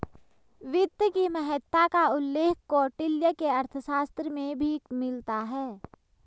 वित्त की महत्ता का उल्लेख कौटिल्य के अर्थशास्त्र में भी मिलता है